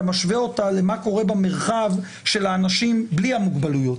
אתה משווה אותה למה קורה במרחב של האנשים בלי המוגבלויות.